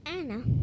Anna